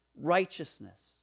Righteousness